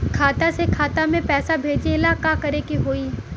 खाता से खाता मे पैसा भेजे ला का करे के होई?